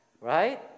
right